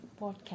Podcast